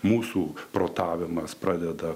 mūsų protavimas pradeda